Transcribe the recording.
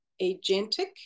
agentic